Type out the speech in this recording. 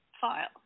file